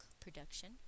production